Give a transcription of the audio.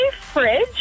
fridge